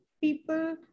people